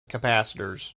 capacitors